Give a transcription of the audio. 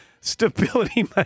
Stability